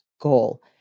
goal